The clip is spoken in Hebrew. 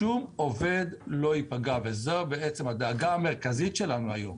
שום עובד לא ייפגע, וזו הדאגה המרכזית שלנו היום,